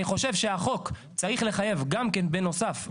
אני חושב שהחוק צריך לחייב גם כן בנוסף,